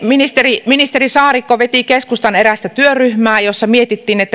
ministeri ministeri saarikko veti keskustan erästä työryhmää jossa mietittiin